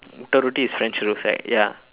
the roti is french toast right ya